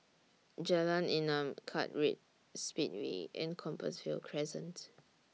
Jalan Enam Kartright Speedway and Compassvale Crescent